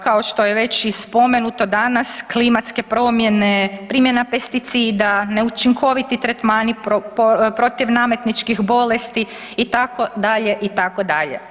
Kao što je već i spomenuto danas, klimatske promjene, primjena pesticida, neučinkoviti tretmani protivnametničkih bolesti, itd., itd.